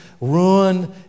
ruin